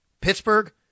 Pittsburgh